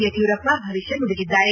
ಯಡಿಯೂರಪ್ಪ ಭವಿಷ್ಯ ನುಡಿದಿದ್ದಾರೆ